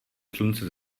slunce